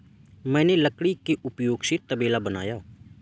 मैंने लकड़ी के उपयोग से तबेला बनाया